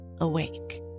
awake